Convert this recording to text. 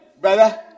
Brother